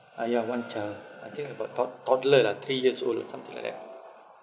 ah ya one child I think about todd~ toddler lah three years old lah something like that